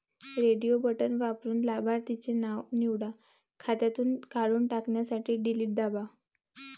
radio button वापरून लाभार्थीचे नाव निवडा, खात्यातून काढून टाकण्यासाठी डिलीट दाबा